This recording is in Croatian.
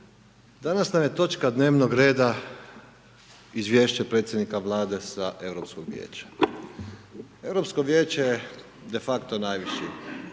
Danas nam je točka dnevnog reda Izvješće predsjednika Vlade sa Europskog vijeća. Europsko vijeće je de facto najviše